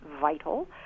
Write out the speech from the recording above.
vital